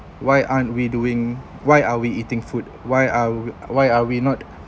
why aren't we doing why are we eating food why are why are we not